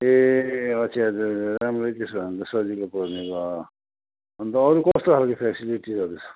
ए अच्छा हजुर हजुर राम्रै त्यसो भने त सजिलै पर्नेभयो अनि त अरू कस्तो खालको फ्यासिलिटिसहरू छ